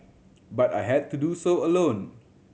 but I had to do so alone